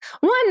One